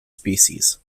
species